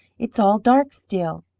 it's all dark still.